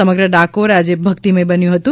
સમગ્ર ડાકોર આજે ભક્તિમય બન્યું હતું